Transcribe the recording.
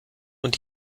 und